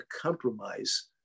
compromise